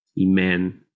Amen